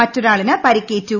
മറ്റൊരാളിന് പരിക്കേറ്റു